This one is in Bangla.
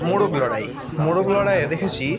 মোরগ লড়াই মোরগ লড়াইয়ে দেখেছি